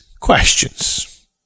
Questions